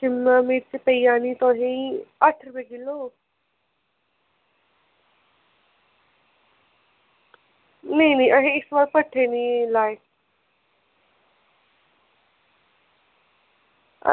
शिमला मिर्च पेई जानी तुसेंगी अट्ठ रपेऽ किलो नेईं नेईं असें इस बारी भट्ठे निं लाए